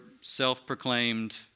self-proclaimed